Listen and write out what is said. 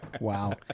Wow